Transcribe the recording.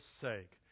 sake